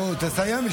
נו, תסיים.